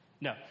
no